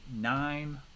nine